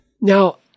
Now